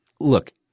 look